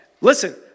Listen